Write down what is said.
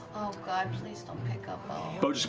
god, please don't pick up beau.